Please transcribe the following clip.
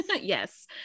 yes